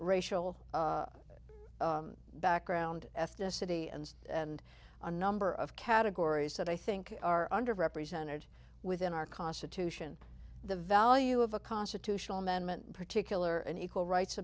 racial background ethnicity and and a number of categories that i think are under represented within our constitution the value of a constitutional amendment in particular an equal rights